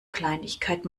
kleinigkeit